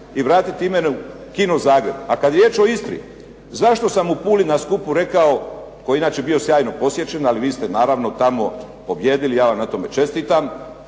i vratiti ime Kino Zagreb. A kad je riječ o Istri, zašto sam u Puli na skupu rekao, koji je inače bio sjajno posjećen, ali vi ste naravno tamo pobijedili, ja vam na tome čestitam,